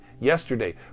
yesterday